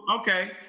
okay